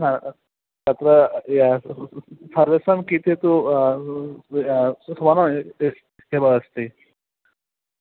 न तत्र सर्वेषां कृते तु सु समा ए एस् एव अस्ति